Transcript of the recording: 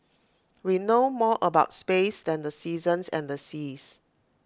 we know more about space than the seasons and the seas